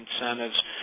incentives